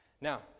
Now